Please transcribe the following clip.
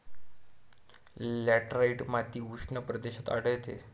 laterite माती उष्ण प्रदेशात आढळते